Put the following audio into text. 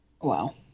Wow